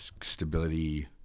stability